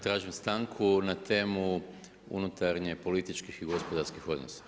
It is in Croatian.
Tražim stanku na temu unutarnjih, političkih i gospodarskih odnosa.